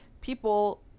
people